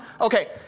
Okay